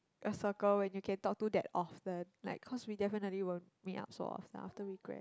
a circle when you can talk to that often like cause we definitely won't meet up so often after we grad